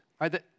right